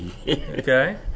okay